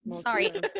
Sorry